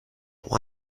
why